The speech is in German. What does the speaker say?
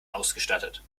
ausgestattet